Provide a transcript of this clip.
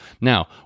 Now